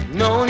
no